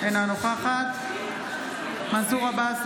אינה נוכחת מנסור עבאס,